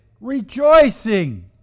rejoicing